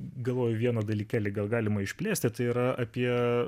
galvoju vieną dalykėlį gal galima išplėsti tai yra apie